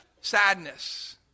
Sadness